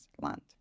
land